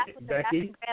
Becky